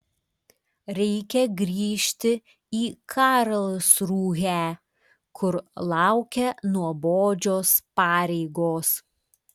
reikia grįžti į karlsrūhę kur laukia nuobodžios pareigos